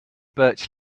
birch